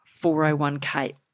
401k